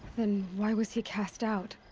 then. why was he cast out?